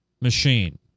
machine